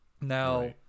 Now